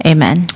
Amen